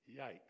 Yikes